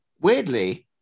Weirdly